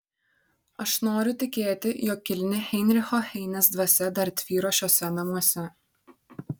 aš noriu tikėti jog kilni heinricho heinės dvasia dar tvyro šiuose namuose